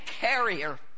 carrier